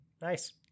nice